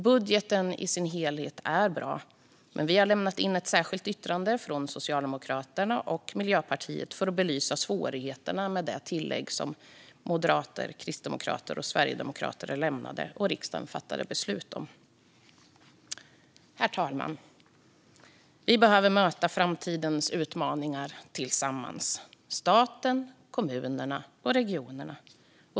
Budgeten i sin helhet är bra, men vi har lämnat in ett särskilt yttrande från Socialdemokraterna och Miljöpartiet för att belysa svårigheterna med det tillägg som Moderaterna, Kristdemokraterna och Sverigedemokraterna lämnade och riksdagen fattade beslut om. Herr talman! Vi behöver möta framtidens utmaningar tillsammans i staten, kommunerna och regionerna.